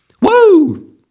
Woo